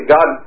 God